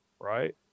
Right